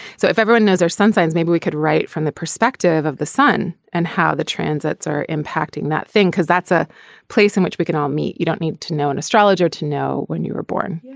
so if everyone knows are some signs maybe we could write from the perspective of the son and how the transits are impacting that thing because that's a place in which we can all meet. you don't need to know an astrologer to know when you were born.